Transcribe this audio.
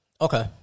Okay